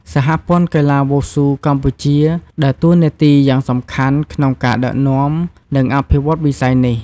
សហព័ន្ធកីឡាវ៉ូស៊ូកម្ពុជា ដើរតួនាទីយ៉ាងសំខាន់ក្នុងការដឹកនាំ និងអភិវឌ្ឍន៍វិស័យនេះ។